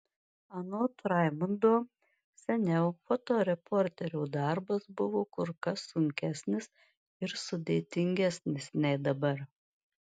anot raimundo seniau fotoreporterio darbas buvo kur kas sunkesnis ir sudėtingesnis nei dabar